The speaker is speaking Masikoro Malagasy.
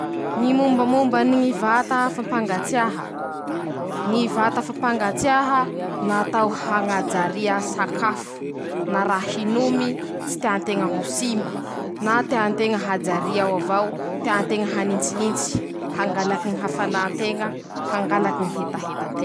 Reto aby ñy karazan-tsatroke noho ñy fampiasa ñ'azy: -Ñy satroky fiarova, <ptoa>ampiasa aminy ñy inzeñiera lafa mamboatsy traño; -Ñy satroky mahafatifate ampiasa aminy ñy fety; -Satroky soa fitafy, ampiasa aminy ñy kolotsay; -Satroky miaraky aminy ñy ove, ampiasa aminy ñy fanatanjaha-tena.